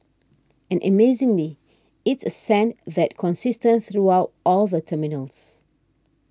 and amazingly it's a scent that's consistent throughout all the terminals